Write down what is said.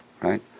right